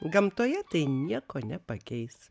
gamtoje tai nieko nepakeis